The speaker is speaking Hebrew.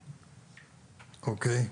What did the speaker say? אוקיי.